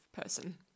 person